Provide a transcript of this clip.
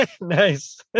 nice